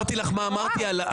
לא אמרתי שאתה השר לעתיד.